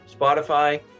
Spotify